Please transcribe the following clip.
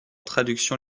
traduction